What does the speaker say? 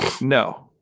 No